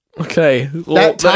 Okay